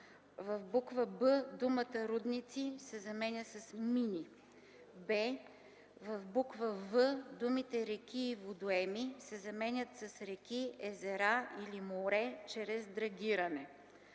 в буква „б” думата „рудници” се заменя с „мини”; б) в буква „в” думите „реки или водоеми” се заменят с „реки, езера или море чрез драгиране”;